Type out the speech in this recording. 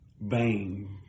Bang